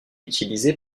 utilisé